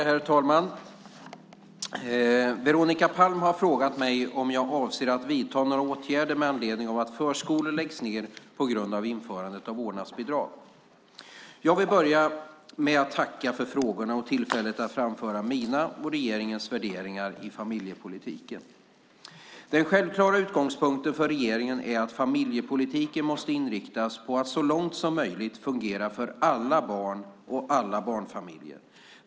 Herr talman! Veronica Palm har frågat mig om jag avser att vidta några åtgärder med anledning av att förskolor läggs ned på grund av införandet av vårdnadsbidrag. Jag vill börja med att tacka för frågorna och tillfället att framföra mina och regeringens värderingar i familjepolitiken. Den självklara utgångspunkten för regeringen är att familjepolitiken måste inriktas på att så långt som möjligt fungera för alla barn och alla barnfamiljer.